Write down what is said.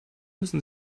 müssen